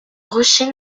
rocher